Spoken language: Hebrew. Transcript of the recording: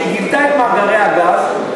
שגילתה את מאגרי הגז,